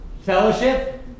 Fellowship